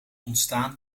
ontstaan